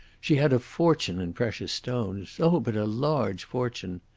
she had a fortune in precious stones oh, but a large fortune!